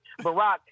Barack